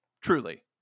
Truly